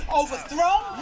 overthrown